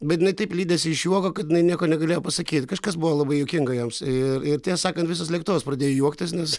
bet jinai taip lydėsi iš juoko kad jinai nieko negalėjo pasakyt kažkas buvo labai juokinga joms ir ir tiesą sakant visas lėktuvas pradėjo juoktis nes